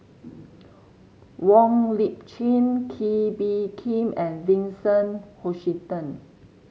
Wong Lip Chin Kee Bee Khim and Vincent Hoisington